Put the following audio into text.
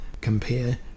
compare